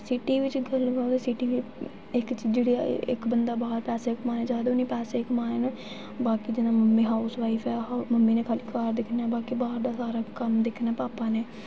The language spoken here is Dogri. सिटी बिच गल्ल बात सिटी इक जेह्ड़ा ऐ इक बंदा बाह्र पैसे कमान्नै गी जा दा उ'नें पैसे कमान न बाकी जि'यां मम्मी हाऊस वाइफ ऐ मम्मी खा'ल्ली घर दिक्खना बाकी बाहर दा सारा कम्म दिक्खना भापा ने